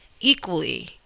equally